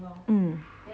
hmm